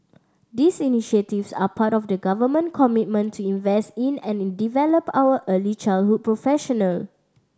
these initiatives are part of the government commitment to invest in and develop our early childhood professional